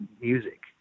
music